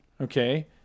okay